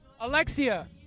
Alexia